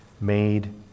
made